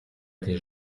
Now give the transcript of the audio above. des